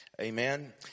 Amen